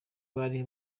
bari